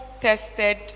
tested